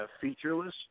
featureless